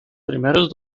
primeros